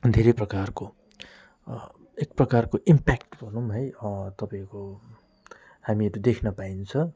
धेरै प्रकारको एक प्रकारको इम्पेक्ट भनौँ है तपाईँको हामीहरू देख्न पाइन्छ